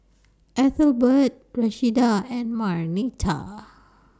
Ethelbert Rashida and Marnita